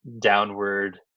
downward